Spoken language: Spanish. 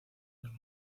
dos